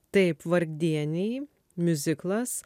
taip vargdieniai miuziklas